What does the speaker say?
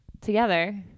together